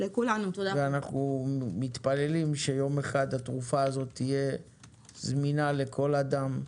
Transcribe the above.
ואנחנו מתפללים שיום אחד התרופה הזאת תהיה זמינה לכל אדם,